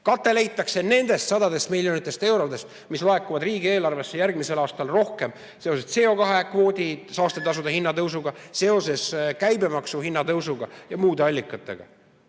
Kate leitakse nendest sadadest miljonitest eurodest, mis laekuvad riigieelarvesse järgmisel aastal rohkem seoses CO2kvoodi saastetasude hinnatõusuga, käibemaksu hinnatõusuga ja muude allikatega. Tegutseda